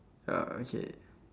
ah okay